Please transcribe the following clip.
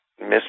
miss